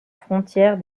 frontière